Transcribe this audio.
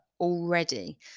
Already